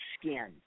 skin